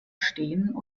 stehen